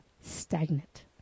stagnant